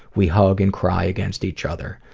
we hug and cry against each other.